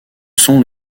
sont